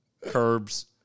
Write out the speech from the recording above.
curbs